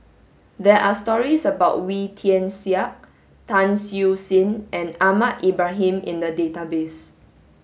there are stories about Wee Tian Siak Tan Siew Sin and Ahmad Ibrahim in the database